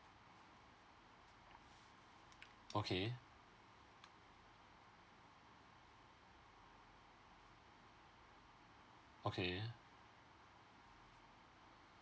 okay okay